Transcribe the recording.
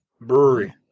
Brewery